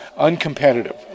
uncompetitive